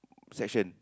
section